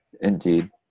indeed